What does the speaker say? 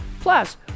Plus